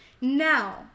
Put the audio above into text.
Now